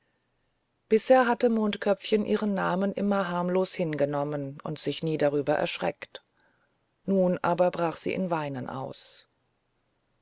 bisher hatte mondköpfchen ihren namen immer harmlos hingenommen und sich nie darüber erschreckt aber nun brach sie in weinen aus